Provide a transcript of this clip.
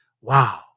Wow